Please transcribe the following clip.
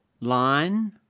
line